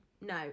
No